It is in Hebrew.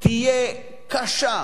תהיה קשה.